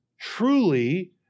truly